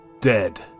dead